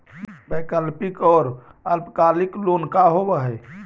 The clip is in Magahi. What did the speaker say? वैकल्पिक और अल्पकालिक लोन का होव हइ?